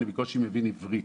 אני בקושי מבין עברית